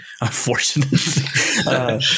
Unfortunately